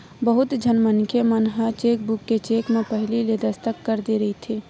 बहुत झन मनखे मन ह चेकबूक के चेक म पहिली ले दस्कत कर दे रहिथे